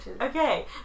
Okay